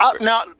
now